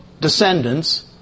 descendants